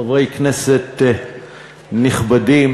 חברי כנסת נכבדים,